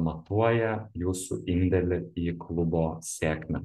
matuoja jūsų indėlį į klubo sėkmę